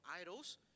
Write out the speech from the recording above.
idols